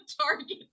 Target